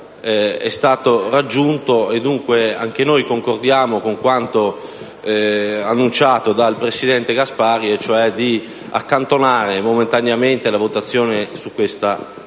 è stato raggiunto e, dunque, anche noi concordiamo con quanto annunciato dal presidente Gasparri, cioè sull'accantonamento momentaneo del voto su questa mozione.